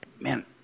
man